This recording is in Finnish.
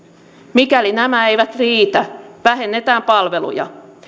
mikäli nämä eivät riitä vähennetään palveluja